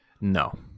No